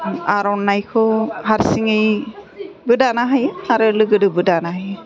आर'नाइखौ हारसिङैबो दानो हायो आरो लोगोजोंबो दानो हायो